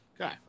Okay